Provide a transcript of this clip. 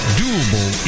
doable